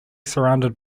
surrounded